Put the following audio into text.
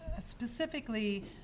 specifically